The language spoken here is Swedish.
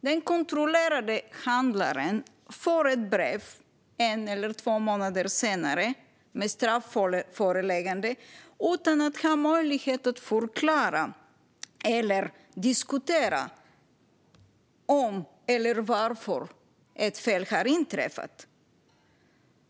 Den kontrollerade handlaren får en eller två månader senare ett brev med ett strafföreläggande utan att ha möjlighet att förklara eller diskutera om eller varför ett fel har inträffat.